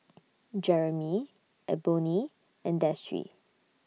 Jeramy Eboni and Destry